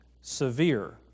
severe